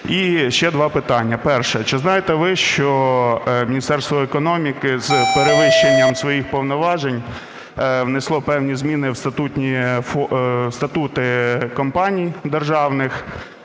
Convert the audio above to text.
І ще два питання. Перше. Чи знаєте ви, що Міністерство економіки з перевищенням своїх повноважень внесло певні зміни в статути компаній державних,